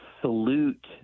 salute